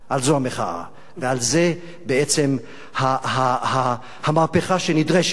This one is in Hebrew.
על זה המחאה ועל זה, בעצם, המהפכה שנדרשת